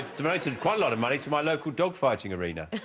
the motives quite a lot of money to my local dog fighting arena. i